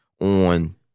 on